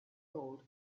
old